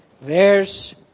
verse